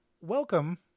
Welcome